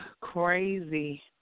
crazy